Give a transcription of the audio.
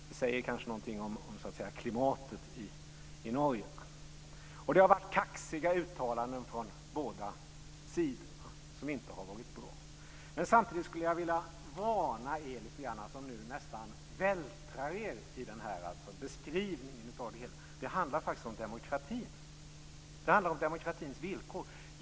Det säger kanske någonting om klimatet i Norge. Det har varit kaxiga uttalanden från båda sidor som inte har varit bra. Men samtidigt skulle jag vilja varna er som nu nästan vältrar er i beskrivningen av det hela: Det handlar faktiskt om demokratin. Det handlar om demokratins villkor.